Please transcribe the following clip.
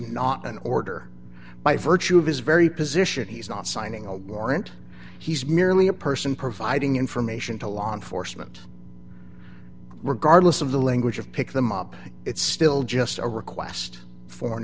not an order by virtue of his very position he's not signing a warrant he's merely a person providing information to law enforcement regardless of the language of pick them up it's still just a request for an